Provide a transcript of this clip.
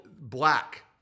black